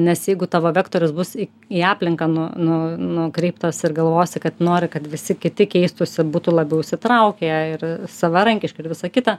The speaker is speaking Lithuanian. nes jeigu tavo vektorius bus į į aplinką nu nu nukreiptas ir galvosi kad nori kad visi kiti keistųsi būtų labiau įsitraukę ir savarankiški ir visa kita